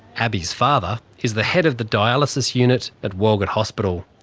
abbey's father is the head of the dialysis unit at walgett hospital,